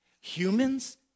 Humans